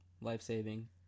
life-saving